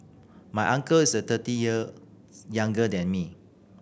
my uncle is the thirty years younger than me